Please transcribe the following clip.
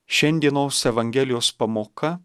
šiandienos evangelijos pamoka